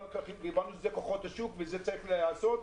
דיברנו שזה כוחות השוק ושזה צריך להיעשות,